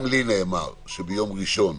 גם לי נאמר שביום ראשון